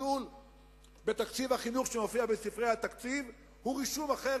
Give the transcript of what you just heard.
הגידול בתקציב החינוך שמופיע בספרי התקציב הוא רישום אחר,